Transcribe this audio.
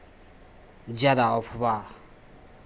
ज़्यादा अफ़वाह